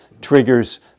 triggers